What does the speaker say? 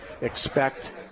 expect